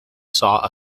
saw